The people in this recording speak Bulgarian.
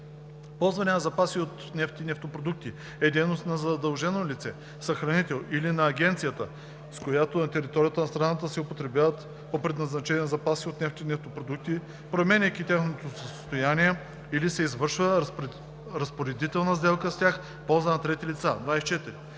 „Ползване на запаси от нефт и нефтопродукти“ е дейност на задължено лице, съхранител или на агенцията, с която на територията на страната се употребяват по предназначение запаси от нефт и нефтопродукти, променяйки тяхното състояние, или се извършва разпоредителна сделка с тях в полза на трети лица. 24.